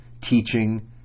teaching